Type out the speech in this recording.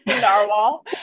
narwhal